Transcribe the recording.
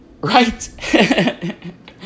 right